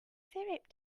syrup